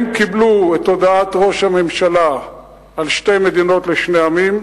הם קיבלו את הודעת ראש הממשלה על שתי מדינות לשני עמים,